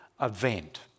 event